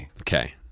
Okay